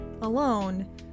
alone